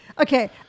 Okay